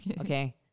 okay